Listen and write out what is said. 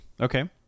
Okay